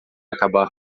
acabar